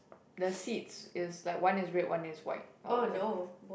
the seats is like one is red one is white or like